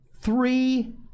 three